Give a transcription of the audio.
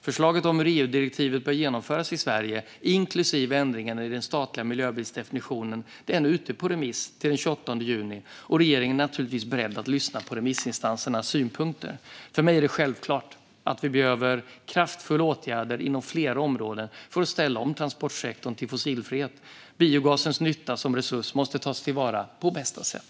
Förslaget om hur EU-direktivet bör genomföras i Sverige, inklusive ändringen i den statliga miljöbilsdefinitionen, är nu ute på remiss till den 28 juni, och regeringen är beredd att lyssna på remissinstansernas synpunkter. För mig är det självklart att vi behöver kraftfulla åtgärder inom flera områden för att ställa om transportsektorn till fossilfrihet. Biogasens nytta som resurs måste tas till vara på bästa sätt.